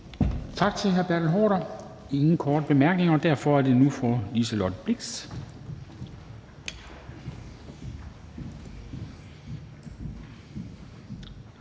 Tak til hr. Bertel Haarder. Der er ingen korte bemærkninger, og derfor er det nu fru Liselott Blixt,